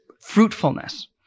fruitfulness